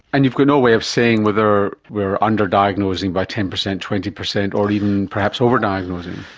and you've got no way of saying whether we are under-diagnosing by ten percent, twenty percent, or even perhaps over-diagnosing.